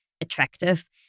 attractive